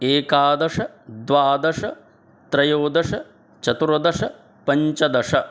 एकादश द्वादश त्रयोदश चतुर्दश पञ्चदश